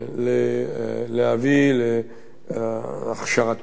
להביא להכשרתם התכנונית,